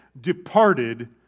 departed